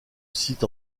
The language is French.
cite